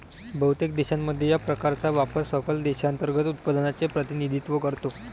बहुतेक देशांमध्ये, या प्रकारचा व्यापार सकल देशांतर्गत उत्पादनाचे प्रतिनिधित्व करतो